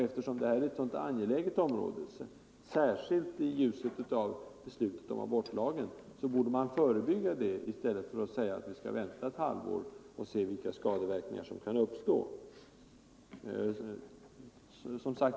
Eftersom detta är ett så angeläget område, särskilt efter beslutet om abortlagen, borde man förebygga detta i stället för att säga att vi skall vänta ett halvår och se vilka skadeverkningar som kan uppstå.